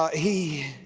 he,